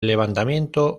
levantamiento